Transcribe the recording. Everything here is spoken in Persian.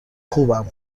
خوبم